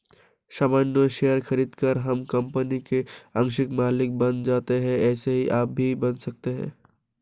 सामान्य शेयर खरीदकर हम कंपनी के आंशिक मालिक बन जाते है ऐसे ही आप भी बन सकते है